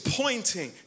pointing